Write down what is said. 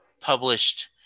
published